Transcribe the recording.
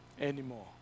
anymore